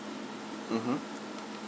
mmhmm